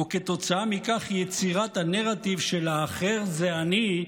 וכתוצאה מכך יצירת הנרטיב של "האחר זה אני",